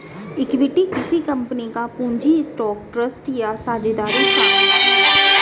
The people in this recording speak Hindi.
इक्विटी किसी कंपनी का पूंजी स्टॉक ट्रस्ट या साझेदारी शामिल है